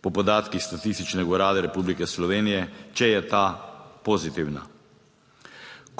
po podatkih Statističnega urada Republike Slovenije, če je ta pozitivna.